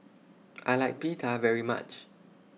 I like Pita very much